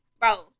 bro